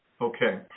Okay